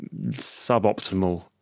suboptimal